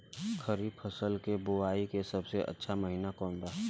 खरीफ फसल के बोआई के सबसे अच्छा महिना कौन बा?